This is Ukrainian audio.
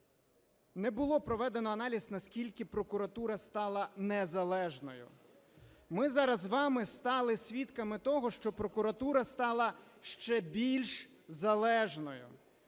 не було проведено аналіз, наскільки прокуратура стала незалежною. Ми зараз з вами стали свідками того, що прокуратура стала ще більш залежною,